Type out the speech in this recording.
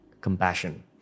Compassion